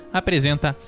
apresenta